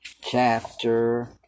chapter